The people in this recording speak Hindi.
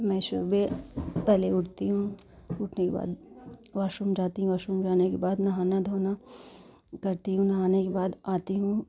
मै सुबह पहले उठती हूँ उठने के बाद वाशरूम जाती हूँ वाशरूम जाने के बाद नहाना धोना करती हूँ नहाने के बाद आती हूँ